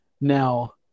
now